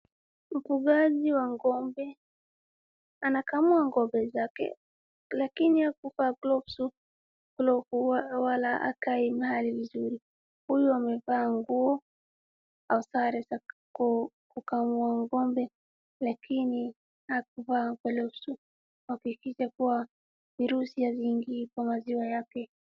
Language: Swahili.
Mfugaji wa ng'ombe anakamua ng'ombe zake lakini ako kwa glovu wala akai nayo vizuri, huyo amevaa nguo na sare za kukamua ng'ombe lakini hakuvaa glovu akihakikisha kuwa virusi haviingii kwa maziwa yake.